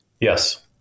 Yes